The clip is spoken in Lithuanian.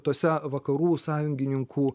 tose vakarų sąjungininkų